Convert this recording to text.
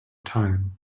time